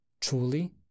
truly